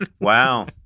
Wow